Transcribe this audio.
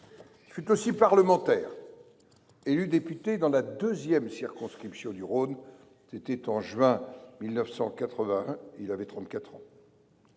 fut aussi parlementaire, élu député dans la deuxième circonscription du Rhône, en juin 1981 ; il avait 34 ans.